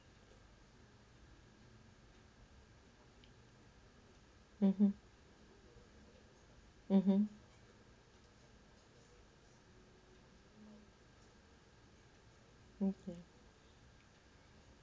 mmhmm mmhmm okay